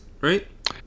right